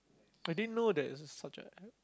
I didn't know that is a subject